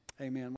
Amen